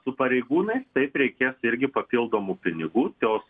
su pareigūnais taip reikia irgi papildomų pinigų tos